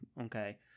okay